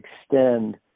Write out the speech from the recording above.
extend